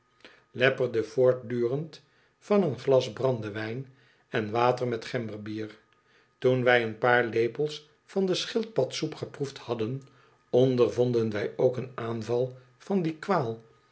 lepperde voortdurend van een glas brandewijn en water met gemberbier toen wij een paar lepels van de schildpadsoep geproefd hadden ondervonden wij ook een aanval van die kwaal